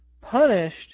punished